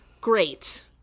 great